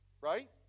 right